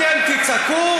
אתם תצעקו,